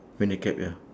wearing a cap ya